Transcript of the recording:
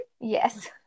Yes